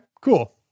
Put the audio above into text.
cool